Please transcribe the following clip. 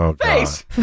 Face